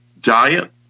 Diet